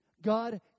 God